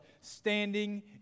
standing